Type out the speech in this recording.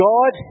God